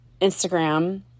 Instagram